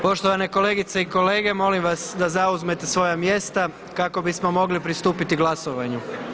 Poštovane kolegice i kolege molim vas da zauzmete svoja mjesta kako bismo mogli pristupiti glasovanju.